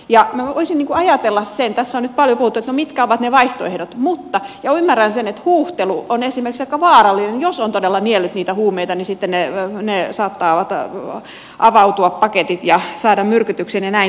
tässä on nyt paljon puhuttu siitä mitkä ovat ne vaihtoehdot ja ymmärrän sen että huuhtelu on esimerkiksi aika vaarallinen jos on todella niellyt huumeita koska sitten ne paketit saattavat avautua ja he voivat saada myrkytyksen ja niin edelleen